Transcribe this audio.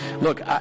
Look